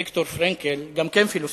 ויקטור פרנקל, גם פילוסוף,